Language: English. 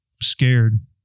scared